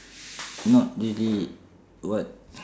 not really what